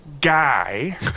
guy